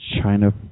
China